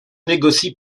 négocie